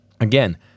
again